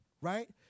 right